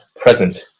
present